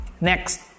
next